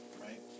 Right